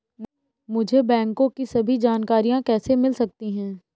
मुझे बैंकों की सभी जानकारियाँ कैसे मिल सकती हैं?